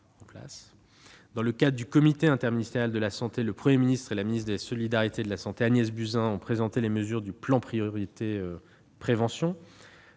dans le cadre du comité interministériel de la santé, le Premier ministre et la ministre des solidarités et de la santé, Agnès Buzyn, ont présenté les mesures du plan Priorité prévention,